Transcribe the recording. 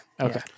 Okay